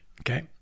okay